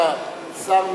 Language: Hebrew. שהשר,